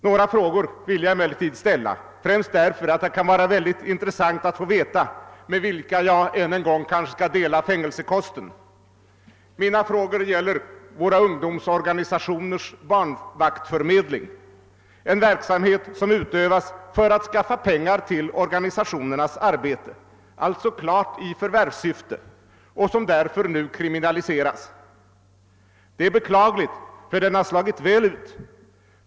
Några frågor vill jag emellertid ställa, främst därför att det kan vara mycket intressant att få veta med vilka jag en gång kanske skall få dela fängelsekosten. Mina frågor gäller våra ungdomsorganisationers barnvaktsförmedling — en verksamhet som utövas för att man skall skaffa pengar till organisationernas arbete, alltså i klart förvärvssyfte, och som därför nu kriminaliseras. Det är beklagligt, eftersom verksamheten har slagit väl ut.